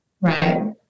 Right